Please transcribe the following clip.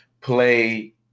play